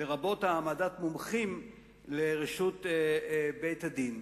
לרבות העמדת מומחים לרשות בית-הדין.